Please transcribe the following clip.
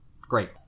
Great